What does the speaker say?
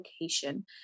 location